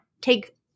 take